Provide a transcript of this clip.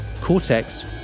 Cortex